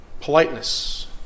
Politeness